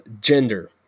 gender